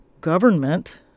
government